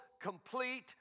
complete